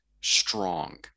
strong